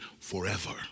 forever